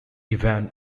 ivan